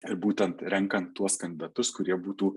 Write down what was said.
ir būtent renkant tuos kandidatus kurie būtų